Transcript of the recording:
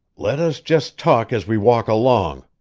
let us just talk as we walk along,